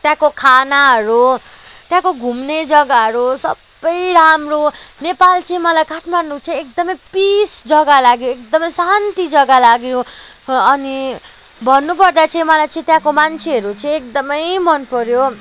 त्यहाँको खानाहरू त्यहाँको घुम्ने जग्गाहरू सबै राम्रो नेपाल चाहिँ मलाई काठमाडौँ चाहिँ एकदमै पिस जग्गा लाग्यो एकदमै शान्ति जग्गा लाग्यो अनि भन्नुपर्दा चाहिँ मलाई चाहिँ त्यहाँको मान्छेहरू चाहिँ एकदमै मनपर्यो